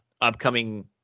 upcoming